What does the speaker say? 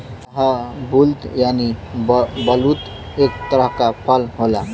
शाहबलूत यानि बलूत एक तरह क फल होला